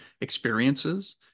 experiences